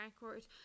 record